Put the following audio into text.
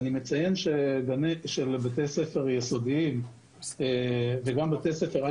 אני מציין שבתי ספר יסודיים וגם בתי ספר על